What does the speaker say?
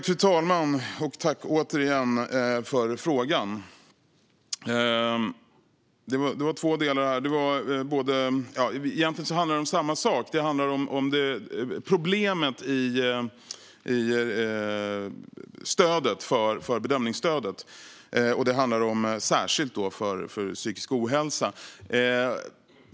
Fru talman! Tack, återigen, för frågan, Elisabeth Björnsdotter Rahm! Egentligen handlar den om samma sak, om problemet med bedömningsstödet och då särskilt för psykisk ohälsa.